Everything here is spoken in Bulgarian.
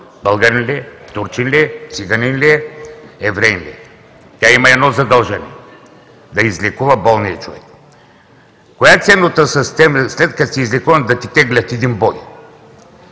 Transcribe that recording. българин ли е, турчин ли е, циганин ли е, евреин ли е? Тя има едно задължение – да излекува болния човек. Коя е ценностната система, след като си излекуван да ти теглят един бой?